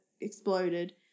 exploded